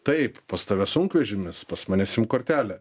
taip pas tave sunkvežimis pas mane sim kortelė